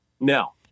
No